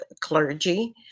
clergy